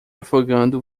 afogando